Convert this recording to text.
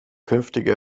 künftige